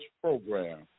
program